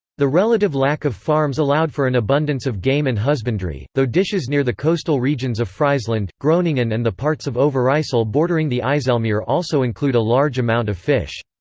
the relative lack of farms allowed for an abundance of game and husbandry, though dishes near the coastal regions of friesland, groningen and the parts of overijssel bordering the ijsselmeer also include a large amount of fish.